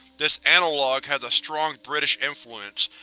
this analogue has a strong british influence,